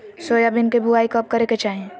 Soybean के बुआई कब करे के चाहि?